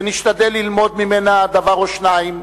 ונשתדל ללמוד ממנה דבר או שניים,